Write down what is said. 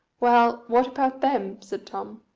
well, what about them? said tom.